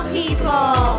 people